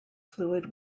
fluid